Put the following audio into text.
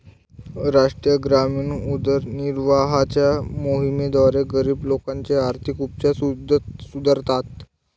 राष्ट्रीय ग्रामीण उदरनिर्वाहाच्या मोहिमेद्वारे, गरीब लोकांचे आर्थिक उपचार सुधारतात